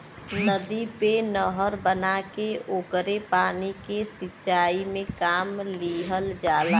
नदी पे नहर बना के ओकरे पानी के सिंचाई में काम लिहल जाला